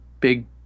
big